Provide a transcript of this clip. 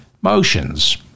motions